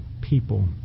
people